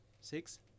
Six